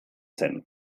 zen